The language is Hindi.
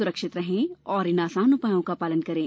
सुरक्षित रहें और इन आसान उपायों का पालन करें